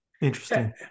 Interesting